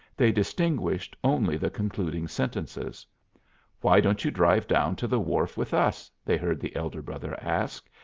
they distinguished only the concluding sentences why don't you drive down to the wharf with us, they heard the elder brother ask,